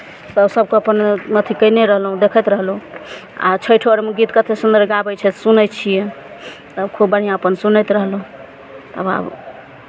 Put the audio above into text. आओर सभके अपन अथि कयने रहलहुँ देखैत रहलहुँ आ छठिओ अरमे गीत कतेक सुन्दर गाबै छथि सुनैत छियै तऽ खूब बढ़िआँ अपन सुनैत रहलहुँ अब आब